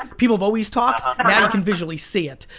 and people have always talked, now you can visually see it.